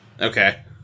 Okay